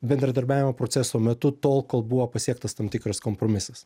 bendradarbiavimo proceso metu tol kol buvo pasiektas tam tikras kompromisas